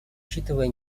учитывая